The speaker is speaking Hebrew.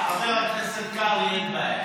נתקבלה.